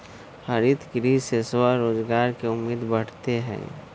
हरितगृह से स्वरोजगार के उम्मीद बढ़ते हई